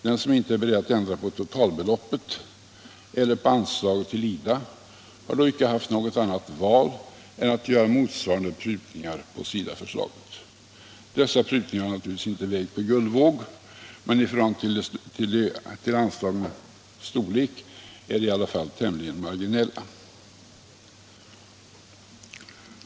Den som inte är beredd att ändra på totalbeloppet eller på anslaget till IDA har då inte haft något annat val än att göra motsvarande prutningar på SIDA-förslaget. Dessa prutningar har naturligtvis inte vägts på guldvåg, men i förhållande till anslagens storlek är de i alla fall tämligen marginella.